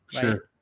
Sure